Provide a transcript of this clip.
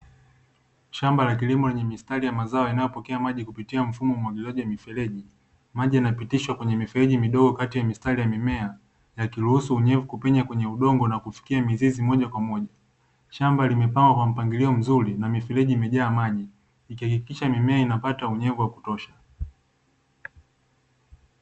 Shamba la kilimo lenye mistari ya mazao yanayopokea maji kupitia mfumo wa umwagiliaji wa mifereji, maji yanapitishwa kwenye mifereji midogo kati ya mistari ya mimea yakiruhusu unyevu kupenya kwenye udongo na kufikia mizizi moja kwa moja. Shamba limepangwa kwa mpangilio mzuri na mifereji imejaa maji, ikihakikisha mimea inapata unyevu wa kutosha.